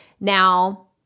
Now